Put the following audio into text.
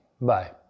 Bye